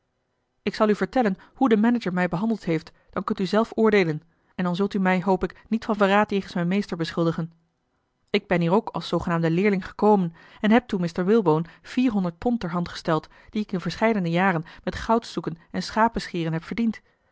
ik zal u vertellen hoe de manager mij behandeld heeft dan kunt u zelf oordeelen en dan zult u mij hoop ik niet van verraad jegens mijn meester beschuldigen ik ben hier ook als zoogenaamde leerling gekomen en heb toen mr walebone vierhonderd pond terhandgesteld die ik in verscheidene jaren met goudzoeken en schapenscheren heb verdiend